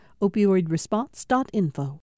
Opioidresponse.info